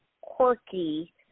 quirky